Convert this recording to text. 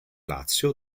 lazio